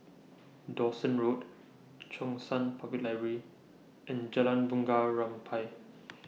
Dawson Road Cheng San Public Library and Jalan Bunga Rampai